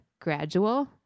gradual